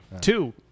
Two